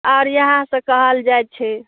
आओर इएह सब कहल जाइत छै